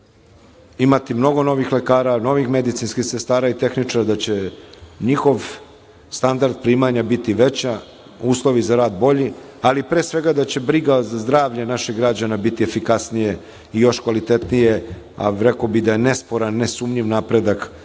imati mnogo novih lekara, novih medicinskih sestara i tehničara, da će njihov standard primanja biti veći, uslovi za rad bolji, ali pre svega da će briga za zdravlje naših građana biti efikasnija i još kvalitetnija, a rekao bih da je nesporan, nesumnjiv napredak u toj